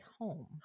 home